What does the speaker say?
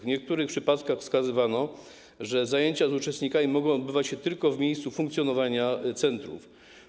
W niektórych przypadkach wskazywano, że zajęcia z uczestnikami mogą odbywać się tylko w miejscu funkcjonowania centrów.